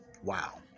Wow